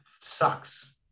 sucks